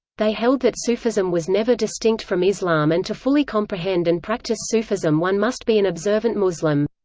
they held that sufism was never distinct from islam and to fully comprehend and practice sufism one must be an observant muslim.